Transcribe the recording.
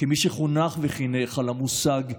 כמי שחונך וחינך על המושג "הינני",